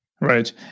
Right